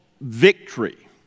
victory